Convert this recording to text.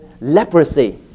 leprosy